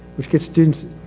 which gets students,